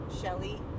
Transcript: Shelly